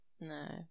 No